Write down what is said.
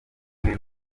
umwe